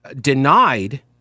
denied